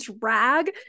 drag